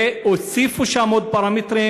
והוסיפו שם עוד פרמטרים,